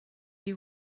you